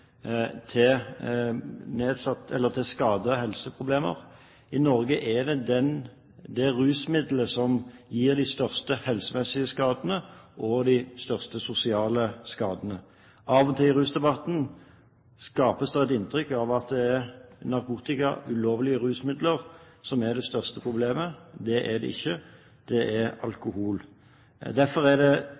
til skader og helseproblemer. I Norge er alkohol det rusmiddelet som gir de største helsemessige skadene og de største sosiale skadene. Av og til i rusdebatten skapes det et inntrykk av at det er narkotika, ulovlige rusmidler, som er det største problemet. Det er det ikke. Det er alkohol. Derfor er det